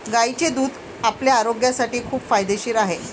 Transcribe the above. गायीचे दूध आपल्या आरोग्यासाठी खूप फायदेशीर आहे